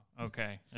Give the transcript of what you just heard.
Okay